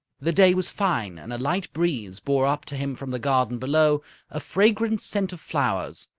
the day was fine, and a light breeze bore up to him from the garden below a fragrant scent of flowers.